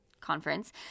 conference